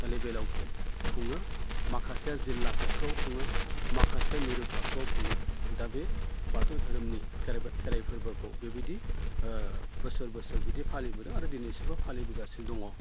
गालि बेलायाव खुङो माखासेया जिल्ला थाखोआव खुङो माखासे मिरु थाखोआव खुङो दा बे बाथौ धोरोमनि खेराइ फोरबोखौ बेबायदि बोसोर बोसोर बिदि फालिबोदों आरो दिनैसिमबो फालिबोगासिनो दङ